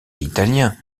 italien